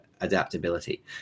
adaptability